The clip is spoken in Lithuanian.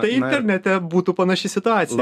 tai internete būtų panaši situacija